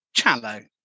Chalo